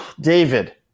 David